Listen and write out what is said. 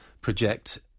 project